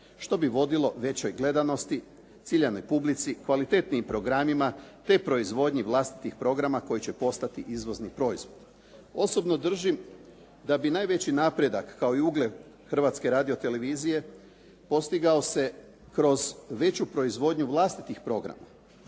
što bi vodilo većoj gledanosti, ciljanoj publici, kvalitetnijim programima te proizvodnji vlastitih programa koji će postati izvozni proizvod. Osobno držim da bi najveći napredak kao i ugled Hrvatske radio-televizije postigao se kroz veću proizvodnju vlastitih programa